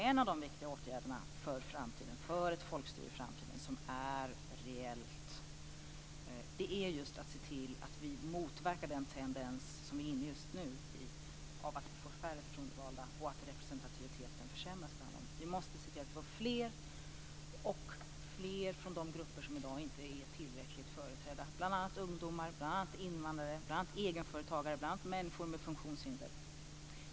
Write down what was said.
En av de viktiga åtgärderna i framtiden för ett folkstyre som är reellt är just att vi ser till att motverka den tendens som vi är inne i just nu; att vi får färre personvalda och att representativiteten försämras. Vi måste se till att vi får in fler från de grupper som i dag inte är tillräckligt företrädda. Det gäller bl.a. ungdomar, invandrare, egenföretagare och människor med funktionshinder.